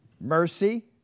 Mercy